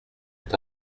est